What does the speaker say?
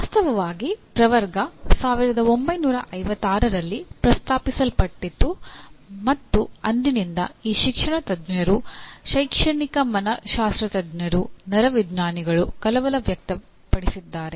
ವಾಸ್ತವವಾಗಿ ಪ್ರವರ್ಗ 1956ರಲ್ಲಿ ಪ್ರಸ್ತಾಪಿಸಲ್ಪಟ್ಟಿತು ಮತ್ತು ಅಂದಿನಿಂದ ಈ ಶಿಕ್ಷಣ ತಜ್ಞರು ಶೈಕ್ಷಣಿಕ ಮನಶ್ಶಾಸ್ತ್ರಜ್ಞರು ನರವಿಜ್ಞಾನಿಗಳು ಕಳವಳ ವ್ಯಕ್ತಪಡಿಸಿದ್ದಾರೆ